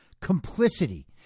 complicity